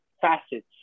facets